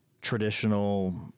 traditional